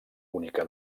única